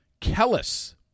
Kellis